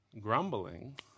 Grumbling